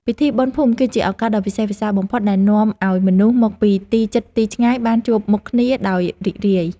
ពិធីបុណ្យភូមិ គឺជាឱកាសដ៏វិសេសវិសាលបំផុតដែលនាំឱ្យមនុស្សមកពីទីជិតទីឆ្ងាយបានជួបមុខគ្នាដោយរីករាយ។